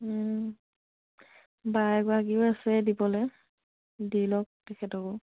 বা এগৰাকীও আছে দিবলৈ দি লওক তেখেতকো